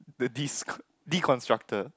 the disc deconstructor